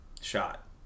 shot